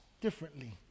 differently